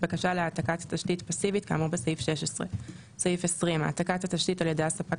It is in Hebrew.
בקשה להעתקת תשתית פסיבית כאמור בסעיף 16. העתקת התשתית על ידי ספק